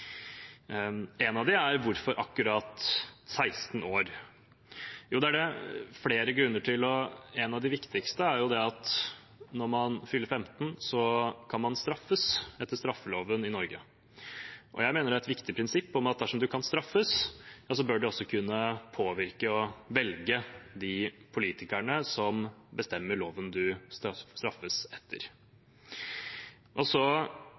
av dem er: Hvorfor akkurat 16 år? Det er det flere grunner til, og en av de viktigste er at når man fyller 15, kan man straffes etter straffeloven i Norge. Jeg mener det er et viktig prinsipp at dersom du kan straffes, bør du også kunne påvirke og velge de politikerne som bestemmer loven du straffes etter. Så